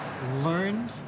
learn